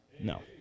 No